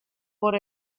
por